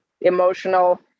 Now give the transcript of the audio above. emotional